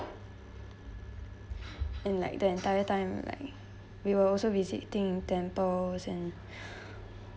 and like the entire time like we will also visiting temples and